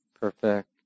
perfect